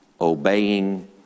obeying